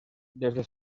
desde